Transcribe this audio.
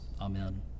Amen